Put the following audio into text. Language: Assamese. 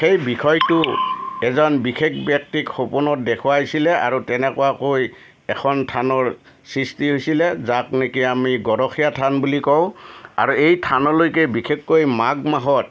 সেই বিষয়টো এজন বিশেষ ব্যক্তিক সপোনত দেখুৱাইছিলে আৰু তেনেকুৱাকৈ এখন থানৰ সৃষ্টি হৈছিলে যাক নেকি আমি গৰখীয়া থান বুলি কওঁ আৰু এই থানলৈকে বিশেষকৈ মাঘ মাহত